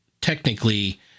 technically